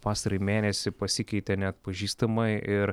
pastarąjį mėnesį pasikeitė neatpažįstamai ir